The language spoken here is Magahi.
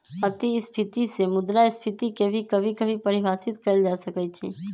अतिस्फीती से मुद्रास्फीती के भी कभी कभी परिभाषित कइल जा सकई छ